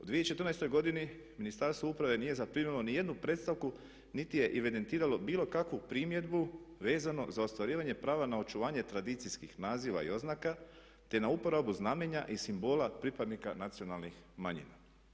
U 2014. godini Ministarstvo uprave nije zaprimilo nijednu predstavku niti je evidentiralo bilo kakvu primjedbu vezano za ostvarivanje prava na očuvanje tradicijskih naziva i oznaka te na uporabu znamenja i simbola pripadnika nacionalnih manjina.